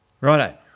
Righto